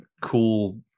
cool